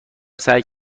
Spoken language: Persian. سعی